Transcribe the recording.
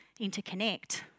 interconnect